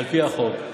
על פי החוק.